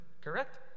Correct